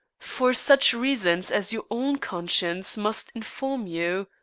for such reasons as your own conscience must inform you.